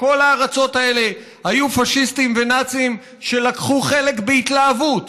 בכל הארצות האלה היו פשיסטים ונאצים שלקחו חלק בהתלהבות,